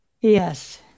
Yes